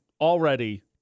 already